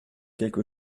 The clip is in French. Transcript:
quelque